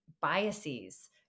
biases